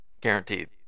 guaranteed